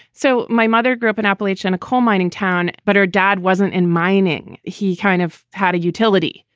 so my mother grew up in appalachian, a coal mining town, but her dad wasn't in mining. he kind of had a utility.